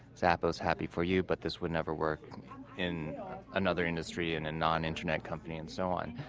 zappos. happy for you, but this would never work in another industry, in a non-internet company and so on.